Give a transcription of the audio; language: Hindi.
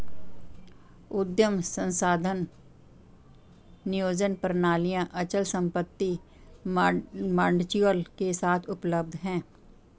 उद्यम संसाधन नियोजन प्रणालियाँ अचल संपत्ति मॉड्यूल के साथ उपलब्ध हैं